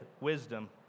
wisdom